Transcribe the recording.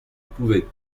pouvait